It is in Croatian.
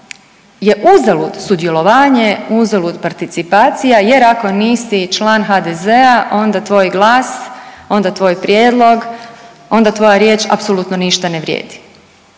je uzalud sudjelovanje, uzalud participacija jer ako niti član HDZ-a, onda tvoj glas, onda tvoj prijedlog, onda tvoja riječ apsolutno ništa ne vrijedi.